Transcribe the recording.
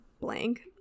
blank